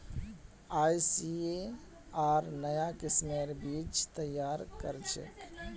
ICAR नाया किस्मेर बीज तैयार करछेक